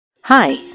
Hi